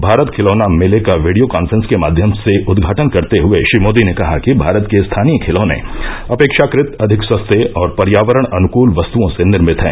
भारत खिलौना मेले का वीडियो कान्फ्रेंस के माध्यम से उद्घाटन करते हुए श्री मोदी ने कहा कि भारत के स्थानीय खिलौने अपेक्षाकृत अधिक सस्ते और पर्यावरण अनुकल वस्तुओं से निर्मित हैं